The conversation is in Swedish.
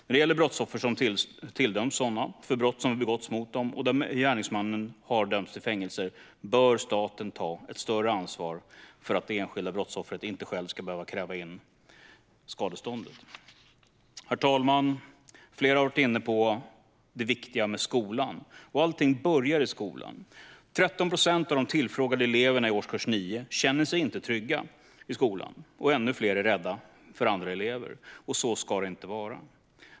När det gäller brottsoffer som tilldömts skadestånd för brott som har begåtts mot dem, och där gärningsmannen har dömts till fängelse, bör staten ta ett större ansvar för att det enskilda brottsoffret inte själv ska behöva kräva in skadeståndet. Flera har varit inne på det viktiga med skolan. Allting börjar i skolan. Av tillfrågade elever i årskurs 9 är det 13 procent som inte känner sig trygga i skolan. Ännu fler är rädda för andra elever. Så ska det inte vara.